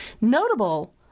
Notable